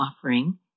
offering